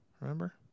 Remember